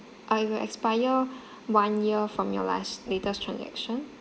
uh will expire one year from your last latest transaction